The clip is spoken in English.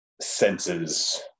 senses